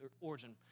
origin